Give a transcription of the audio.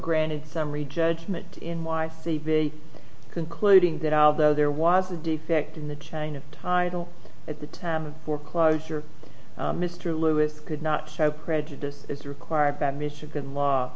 granted summary judgment in y c b concluding that although there was a defect in the chain of title at the time of foreclosure mr lewis could not show prejudice as required by michigan la